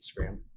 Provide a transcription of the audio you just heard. instagram